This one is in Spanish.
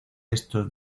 estos